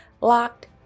locked